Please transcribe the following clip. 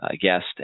guest